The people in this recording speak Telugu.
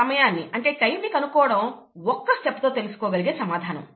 సమయాన్ని అంటే టైంని కనుక్కోవడం ఒక్క స్టెప్ తో తెలుసుకోగలిగే సమాధానం